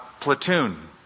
platoon